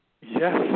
Yes